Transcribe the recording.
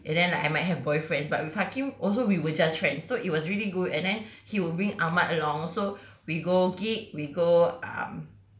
and then like I might have boyfriends but with hakim also we were just friends so it was really good and then he will bring ahmad along so we go gig we go um